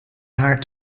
haar